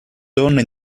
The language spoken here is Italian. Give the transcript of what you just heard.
donna